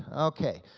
okay,